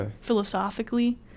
philosophically